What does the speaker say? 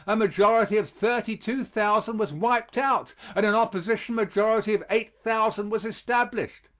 a majority of thirty two thousand was wiped out and an opposition majority of eight thousand was established.